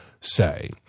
say